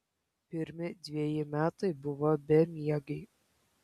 pirmi dveji metai buvo bemiegiai